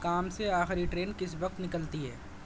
کام سے آخری ٹرین کس وقت نکلتی ہے